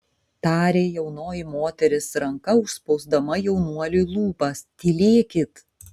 tarė jaunoji moteris ranka užspausdama jaunuoliui lūpas tylėkit